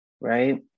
right